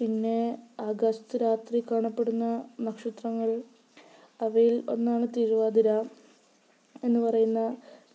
പിന്നെ ആകാശത്ത് രാത്രി കാണപ്പെടുന്ന നക്ഷത്രങ്ങൾ അവയിൽ ഒന്നാണ് തിരുവാതിര എന്നു പറയുന്ന